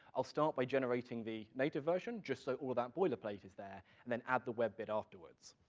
i'll start by generating the native version, just so all of that boilerplate is there, and then add the web bit afterwards.